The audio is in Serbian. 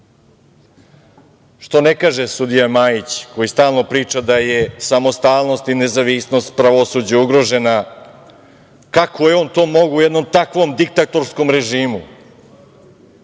Što ne kaže sudija Majić koji stalno priča da je samostalnost i nezavisnost pravosuđa ugrožena, kako je on to mogao u jednom takvom diktatorskom režimu,